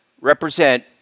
Represent